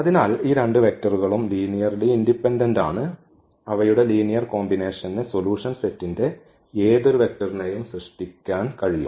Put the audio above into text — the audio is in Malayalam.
അതിനാൽ ഈ രണ്ട് വെക്റ്ററുകളും ലീനിയർലി ഇൻഡിപെൻഡന്റ് ആണ് അവയുടെ ലീനിയർ കോമ്പിനേഷൻന്ന് സൊല്യൂഷൻ സെറ്റിന്റെ ഏതൊരു വെക്റ്റർനെയും സൃഷ്ടിക്കാൻ കഴിയും